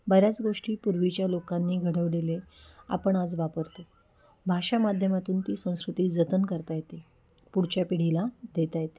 बऱ्याच गोष्टी पूर्वीच्या लोकांनी घडवलेले आपण आज वापरतो भाषा माध्यमातून ती संस्कृती जतन करता येते पुढच्या पिढीला देता येते